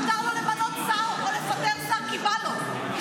מותר לו למנות שר או לפטר שר כי בא לו,